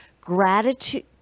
gratitude